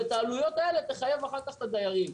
ואת העלויות תחייב את הדיירים.